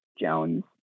Jones